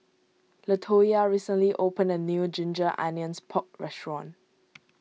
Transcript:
Latoyia recently opened a new Ginger Onions Pork restaurant